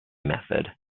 method